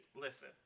listen